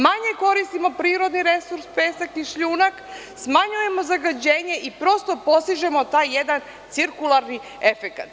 Manje koristimo prirodne resurse - pesak i šljunak, smanjujemo zagađenje i prosto postižemo taj jedan cirkularni efekat.